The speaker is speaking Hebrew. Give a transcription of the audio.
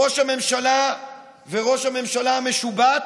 ראש הממשלה וראש הממשלה המשובט